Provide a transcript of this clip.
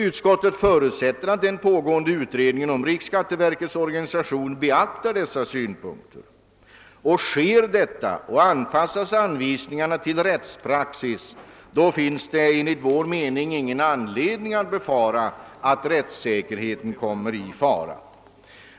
Utskottet förutsätter att den pågående utredningen om riksskatteverkets organisation beaktar dessa synpunkter. Sker detta och anpassas anvisningarna till rättspraxis, finns det enligt vår mening ingen anledning att frukta att rättssäkerheten råkar i fara.